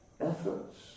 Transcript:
efforts